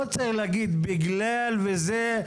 לא צריך להגיד בגלל וזה,